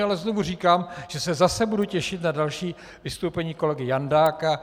Ale znovu říkám, že se zase budu těšit na další vystoupení kolegy Jandáka.